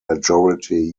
majority